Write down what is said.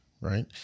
right